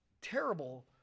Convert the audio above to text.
terrible